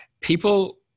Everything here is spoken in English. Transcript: People